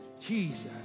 Jesus